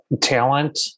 talent